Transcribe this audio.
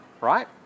right